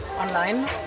online